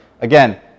again